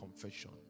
confession